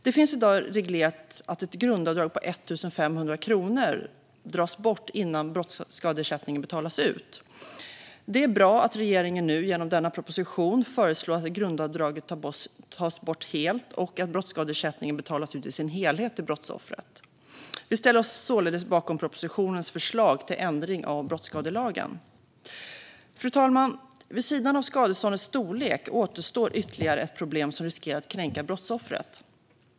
Det finns i dag reglerat att ett grundavdrag på 1 500 kronor dras bort innan brottsskadeersättning betalas ut. Det är bra att regeringen nu genom denna proposition föreslår att grundavdraget helt tas bort och att brottsskadeersättningen betalas ut till brottsoffret i dess helhet. Vi ställer oss således bakom propositionens förslag till ändring i brottsskadelagen. Fru talman! Vid sidan av skadeståndets storlek återstår ytterligare ett problem som riskerar att kränka brottsoffret.